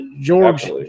George